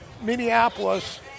Minneapolis